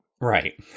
Right